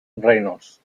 reynolds